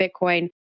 Bitcoin